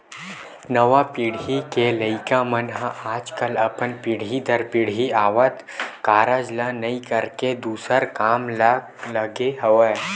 नवा पीढ़ी के लइका मन ह आजकल अपन पीढ़ी दर पीढ़ी आवत कारज ल नइ करके दूसर काम म लगे हवय